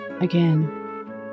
again